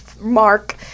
mark